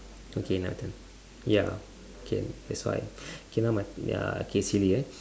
okay now your turn ya can that's why K now my ya K silly ya